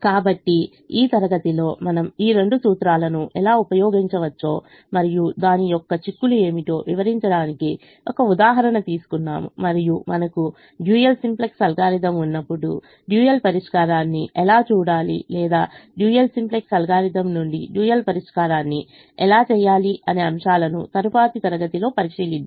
కాబట్టిఈ తరగతిలో మనం ఈ రెండు సూత్రాలను ఎలా ఉపయోగించవచ్చో మరియు దాని యొక్క చిక్కులు ఏమిటో వివరించడానికి ఒక ఉదాహరణ తీసుకున్నాము మరియు మనకు డ్యూయల్ సింప్లెక్స్ అల్గోరిథం ఉన్నప్పుడు డ్యూయల్ పరిష్కారాన్ని ఎలా చూడాలి లేదా డ్యూయల్ సింప్లెక్స్ అల్గోరిథం నుండి డ్యూయల్ పరిష్కారాన్ని ఎలా చేయాలి అనే అంశాలను తదుపరి తరగతిలో పరిశీలిద్దాం